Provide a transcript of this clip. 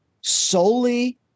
solely